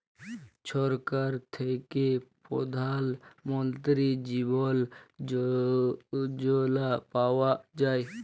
ছরকার থ্যাইকে পধাল মলতিরি জীবল যজলা পাউয়া যায়